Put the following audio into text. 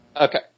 Okay